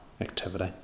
activity